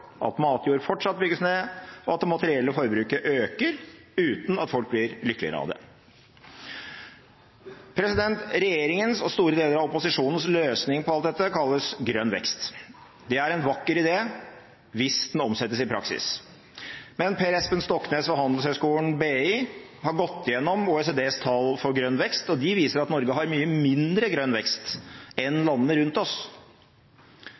at matjord fortsatt bygges ned, og at det materielle forbruket øker, uten at folk blir lykkeligere av det. Regjeringens og store deler av opposisjonens løsning på alt dette kalles «grønn vekst». Det er en vakker idé hvis den omsettes i praksis. Men Per Espen Stoknes ved Handelshøyskolen BI har gått igjennom OECDs tall for grønn vekst, og de viser at Norge har mye mindre grønn vekst enn landene rundt oss.